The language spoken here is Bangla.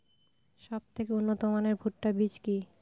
সবথেকে উন্নত মানের ভুট্টা বীজ কি?